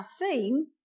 seen